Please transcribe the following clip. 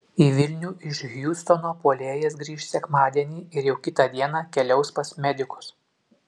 į vilnių iš hjustono puolėjas grįš sekmadienį ir jau kitą dieną keliaus pas medikus